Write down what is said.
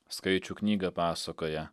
skaičių knyga pasakoja